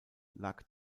lag